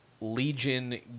legion